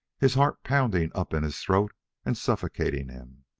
his heart pounding up in his throat and suffocating him.